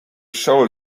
show